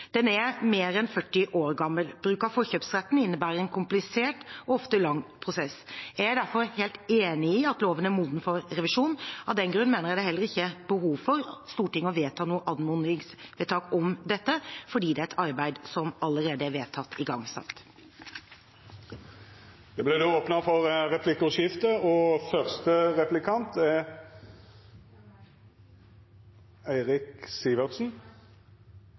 Den er mer enn 40 år gammel. Bruk av forkjøpsretten innebærer en komplisert og ofte lang prosess. Jeg er derfor helt enig i at loven er moden for revisjon. Av den grunn mener jeg det heller ikke er behov for at Stortinget vedtar noe anmodningsvedtak om dette, fordi det er et arbeid som allerede er vedtatt igangsatt. Det